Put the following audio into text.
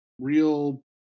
real